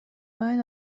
باید